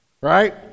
right